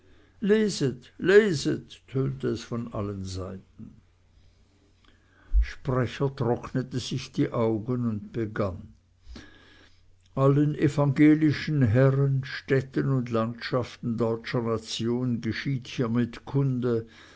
ertönte es von allen seiten sprecher trocknete sich die augen und begann allen evangelischen herren städten und landschaften deutscher nation geschieht hiermit kunde